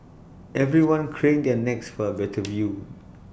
everyone craned their necks for A better view